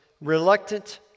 reluctant